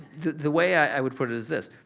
the way i would put it is this.